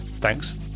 thanks